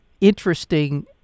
interesting